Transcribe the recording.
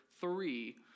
three